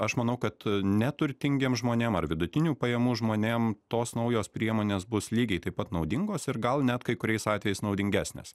aš manau kad neturtingiem žmonėm ar vidutinių pajamų žmonėms tos naujos priemonės bus lygiai taip pat naudingos ir gal net kai kuriais atvejais naudingesnės